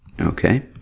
Okay